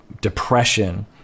depression